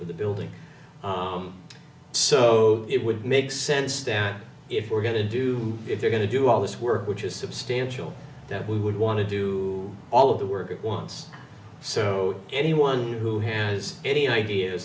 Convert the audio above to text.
for the building so it would make sense stan if we're going to do if they're going to do all this work which is substantial that we would want to do all of the work at once so anyone who has any ideas